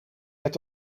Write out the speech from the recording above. het